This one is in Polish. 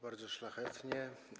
Bardzo szlachetnie.